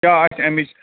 کیٛاہ آسہِ اَمِچ